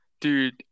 Dude